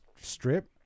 strip